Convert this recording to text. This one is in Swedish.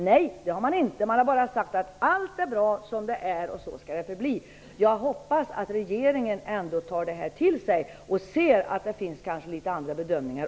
Nej, det har man inte sagt, man har bara sagt att allt är bra som det är och så skall det förbli. Jag hoppas att regeringen ändå tar detta till sig och ser att det finns även andra bedömningar.